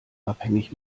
abhängig